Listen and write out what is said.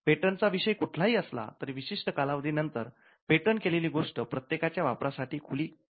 पेटंटचा विषय कुठलाही असला तरी विशिष्ट कालावधीनंतर पेटंट केलेली गोष्ट प्रत्येकाच्या वापरासाठी उपयोगासाठी खुली असते